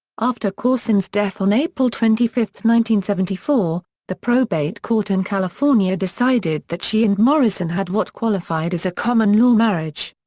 after courson's death on april twenty five, one seventy four, the probate court in california decided that she and morrison had what qualified as a common-law marriage.